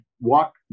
walk